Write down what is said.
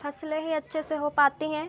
फसलें ही अच्छे से हो पाती हैं